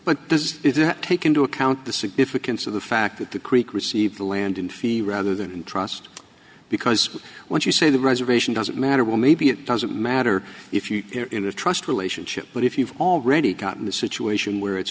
but does it take into account the significance of the fact that the creek received the land in fee rather than trust because when you say the reservation doesn't matter well maybe it doesn't matter if you are in a trust relationship but if you've already gotten a situation where it's